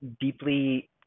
deeply